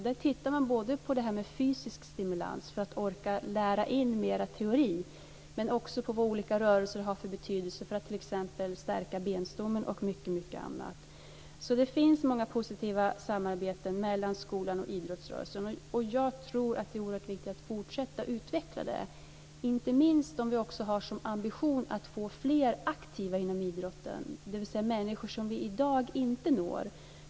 Man tittar både på fysisk stimulans för att eleverna ska orka lära in mera teori och på vad olika rörelser har för betydelse för att t.ex. stärka benstommen och mycket annat. Det finns många positiva samarbetsprojekt mellan skolan och idrottsrörelsen. Jag tror att det är oerhört viktigt att fortsätta att utveckla det, inte minst om vi också har som ambition att få fler aktiva inom idrotten, dvs. människor som vi i dag inte når.